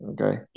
Okay